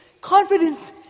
confidence